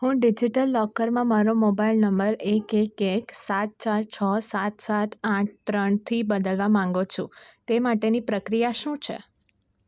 હું ડિજિટલ લોકરમાં મારો મોબાઇલ નંબર એક એક એક સાત ચાર છ સાત સાત આઠ ત્રણથી બદલવા માગું છું તે માટેની પ્રક્રિયા શું છે